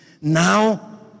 now